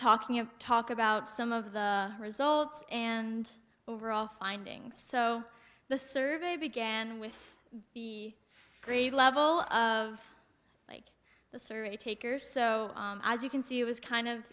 and talk about some of the results and overall findings so the survey began with the grade level of like the survey takers so as you can see it was kind of